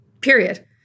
Period